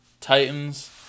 Titans